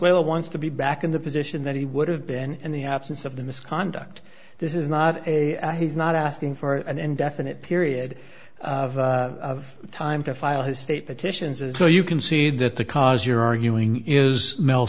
well wants to be back in the position that he would have been in the absence of the misconduct this is not a he's not asking for an indefinite period of time to file his state petitions as though you concede that the cause you're arguing is mel